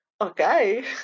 okay